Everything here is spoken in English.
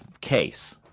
case